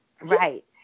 Right